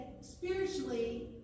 spiritually